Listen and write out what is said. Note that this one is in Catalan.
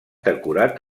decorat